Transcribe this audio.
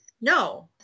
no